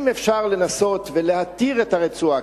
אם אפשר לנסות ולהתיר את הרצועה,